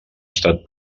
estat